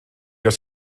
oes